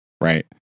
right